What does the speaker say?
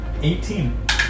18